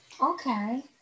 Okay